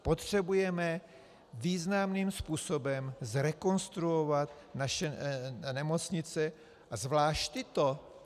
Potřebujeme významným způsobem zrekonstruovat naše nemocnice, a zvlášť tyto.